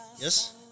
Yes